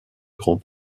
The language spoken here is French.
grand